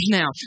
now